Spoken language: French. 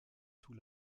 sous